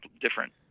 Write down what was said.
different